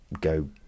go